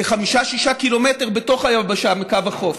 כחמישה-שישה קילומטר בתוך היבשה מקו החוף.